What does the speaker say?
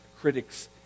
critics